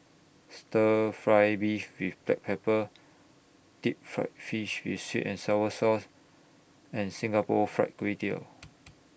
Stir Fry Beef with Black Pepper Deep Fried Fish with Sweet and Sour Sauce and Singapore Fried Kway Tiao